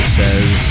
says